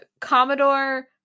Commodore